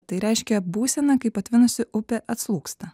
tai reiškia būseną kai patvinusi upė atslūgsta